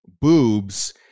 boobs